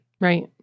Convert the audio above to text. Right